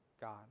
God